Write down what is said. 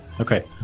Okay